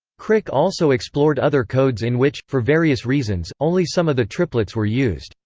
crick also explored other codes in which, for various reasons, only some of the triplets were used,